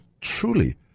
truly